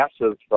massive